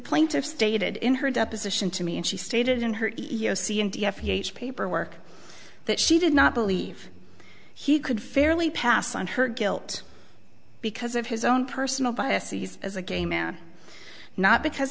plaintiff stated in her deposition to me and she stated in her paperwork that she did not believe he could fairly pass on her guilt because of his own personal biases as a gay man not because